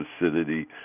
acidity